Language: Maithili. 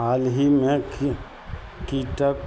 हालहिमे कीटक